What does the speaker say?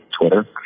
Twitter